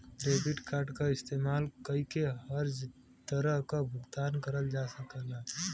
debit card क इस्तेमाल कइके हर तरह क भुगतान करल जा सकल जाला